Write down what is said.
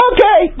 Okay